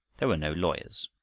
there were no lawyers,